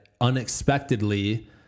unexpectedly